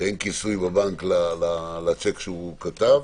שאין כיסוי בבנק לשיק שהוא כתב,